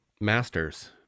Masters